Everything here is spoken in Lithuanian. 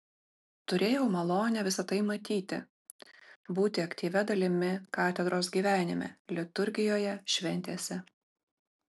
turėjau malonę visa tai matyti būti aktyvia dalimi katedros gyvenime liturgijoje šventėse